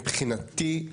מבחינתי,